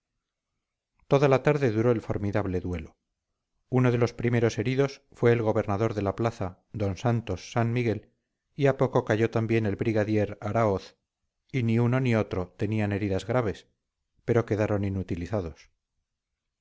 toda la tarde duró el formidable duelo uno de los primeros heridos fue el gobernador de la plaza d santos san miguel y a poco cayó también el brigadier araoz ni uno ni otro tenían heridas graves pero quedaron inutilizados